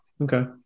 Okay